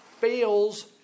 fails